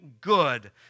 good